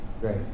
Great